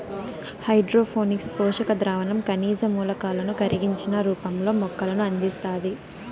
hydroponics పోషక ద్రావణం ఖనిజ మూలకాలను కరిగించిన రూపంలో మొక్కలకు అందిస్తాది